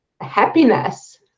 happiness